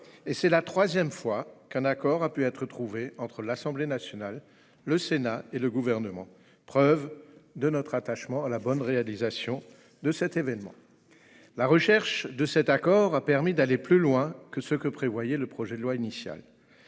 Pour la troisième fois, un accord a été trouvé entre l'Assemblée nationale, le Sénat et le Gouvernement, preuve de notre attachement au bon déroulement de cet événement. La recherche de cet accord a permis d'aller plus loin que le projet de loi initial.